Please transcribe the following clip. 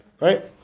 right